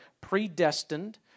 predestined